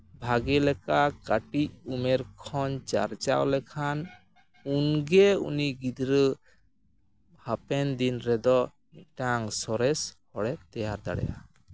ᱵᱷᱟᱹᱜᱤ ᱞᱮᱠᱟ ᱠᱟᱹᱴᱤᱡ ᱩᱢᱮᱨ ᱠᱷᱚᱱ ᱪᱟᱨᱪᱟᱣ ᱞᱮᱠᱷᱟᱱ ᱩᱱᱜᱮ ᱩᱱᱤ ᱜᱤᱫᱽᱨᱟᱹ ᱦᱟᱯᱮᱱ ᱫᱤᱱ ᱨᱮᱫᱚ ᱢᱤᱫᱴᱟᱱ ᱥᱚᱨᱮᱥ ᱦᱚᱲᱮ ᱛᱮᱭᱟᱨ ᱫᱟᱲᱮᱭᱟᱜᱼᱟ